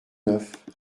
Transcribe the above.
neuf